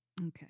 Okay